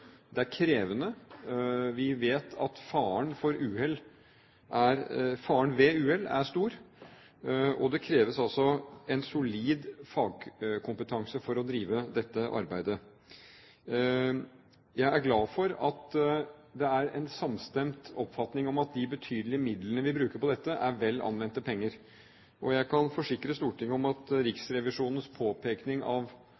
Det er krevende. Vi vet at faren ved uhell er stor, og det kreves en solid fagkompetanse for å drive dette arbeidet. Jeg er glad for at det er en samstemt oppfatning om at de betydelige midlene vi bruker på dette, er vel anvendte penger, og jeg kan forsikre Stortinget om at vi i detalj har tatt til oss Riksrevisjonens påpeking av